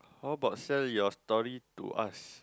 how about sell your story to us